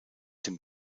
dem